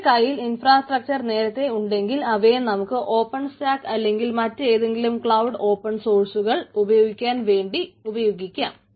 നിങ്ങളുടെ കൈയിൽ ഇൻഫ്രാസ്ട്രക്ചർ നേരത്തെ ഉണ്ടെങ്കിൽ അവയെ നമുക്ക് ഓപ്പൺ സ്റ്റാക്ക് അല്ലെങ്കിൽ മറ്റെതെങ്കിലും ക്ലൌഡ് ഓപ്പൺ സോഴ്സ്കൾ ഉപയോഗിക്കാൻ വേണ്ടി ഉപയോഗിക്കാം